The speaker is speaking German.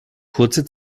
kurze